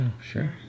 sure